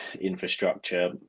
infrastructure